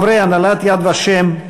חברי הנהלת "יד ושם"